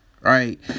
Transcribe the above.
Right